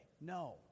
No